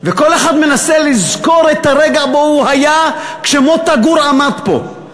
וכל אחד מנסה לזכור את הרגע שמוטה גור עמד פה.